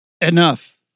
Enough